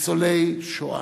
ניצולי שואה,